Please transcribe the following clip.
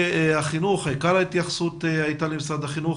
עיקר ההתייחסות הייתה למשרד החינוך.